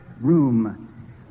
room